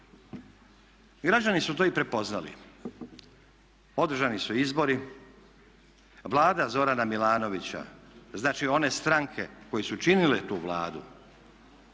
Građani su to i prepoznali, održani su izbori, Vlada Zorana Milanovića, znači one stranke koje su činile tu Vladu